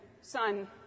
son